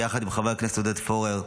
ביחד עם חבר הכנסת עודד פורר,